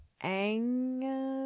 Ang